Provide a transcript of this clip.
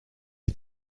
est